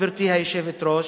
גברתי היושבת-ראש,